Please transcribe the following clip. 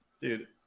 Dude